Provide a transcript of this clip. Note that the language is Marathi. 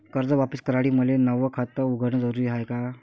कर्ज वापिस करासाठी मले नव खात उघडन जरुरी हाय का?